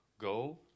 Go